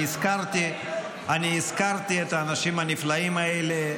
אני הזכרתי את האנשים הנפלאים האלה.